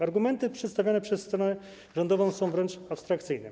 Argumenty przedstawiane przez stronę rządową są wręcz abstrakcyjne.